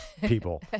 People